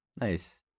Nice